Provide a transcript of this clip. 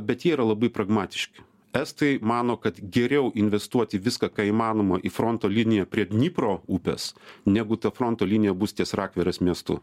bet jie yra labai pragmatiški estai mano kad geriau investuoti viską ką įmanoma į fronto liniją prie dnipro upės negu ta fronto linija bus ties rakverės miestu